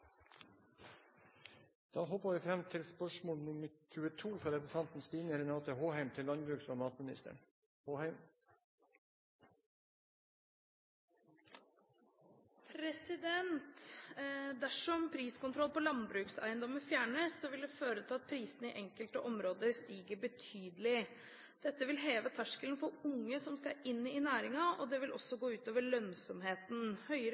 Da hopper vi fram til spørsmål 22. «Dersom priskontroll på landbrukseiendommer fjernes, vil det føre til at prisene i enkelte områder stiger betydelig. Dette vil heve terskelen for unge som vil inn i næringen, og det vil gå ut over lønnsomheten. Høyere